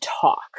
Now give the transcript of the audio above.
talk